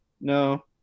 No